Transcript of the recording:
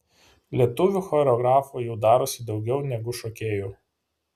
lietuvių choreografų jau darosi daugiau negu šokėjų